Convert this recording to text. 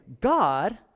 God